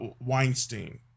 Weinstein